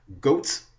Goats